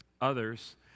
others